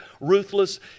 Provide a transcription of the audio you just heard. ruthless